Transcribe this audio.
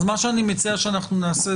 אז מה שאני מציע שאנחנו נעשה,